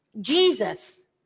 Jesus